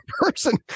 person